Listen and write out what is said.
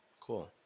cool